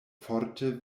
forte